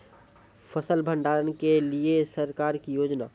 फसल भंडारण के लिए सरकार की योजना?